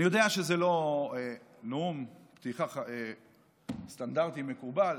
אני יודע שזה לא נאום פתיחה סטנדרטי ומקובל,